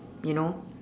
you know